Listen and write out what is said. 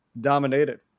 dominated